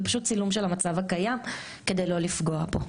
זה פשוט צילום של המצב הקיים כדי לא לפגוע בו.